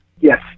Yes